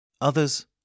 Others